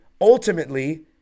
ultimately